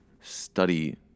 study